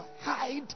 hide